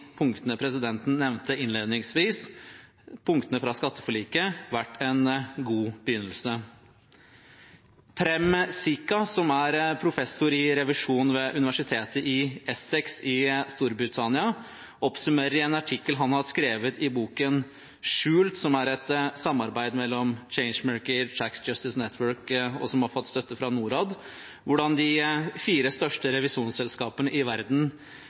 punktene fra skatteforliket som presidenten nevnte innledningsvis, vært en god begynnelse. Prem Sikka, som er professor i revisjon ved universitetet i Essex i Storbritannia, oppsummerer i en artikkel han har skrevet i boken SKJULT – som er resultatet av et samarbeid mellom Changemaker og Tax Justice Network, med støtte fra Norad – hvordan de fire største revisjonsselskapene i verden,